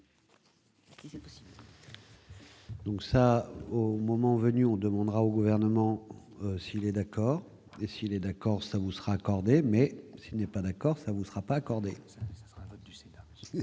Donc ça au moment venu, on demandera au gouvernement s'il est d'accord et s'il est d'accord, ça vous sera accordée mais. S'il n'est pas d'accord, ça vous sera pas accordé, ce sera un vote du Sénat, il y aura, ça c'est